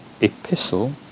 epistle